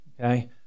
okay